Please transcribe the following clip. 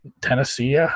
Tennessee